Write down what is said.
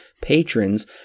patrons